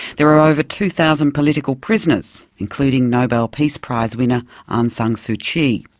there are over two thousand political prisoners, including nobel peace prize winner aung san suu kyi.